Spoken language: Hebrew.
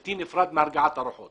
בלתי נפרד מהרגעת הרוחות